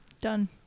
Done